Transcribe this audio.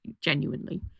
genuinely